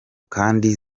kandi